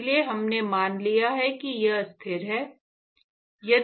इसलिए हमने मान लिया है कि यह स्थिर है